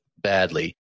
badly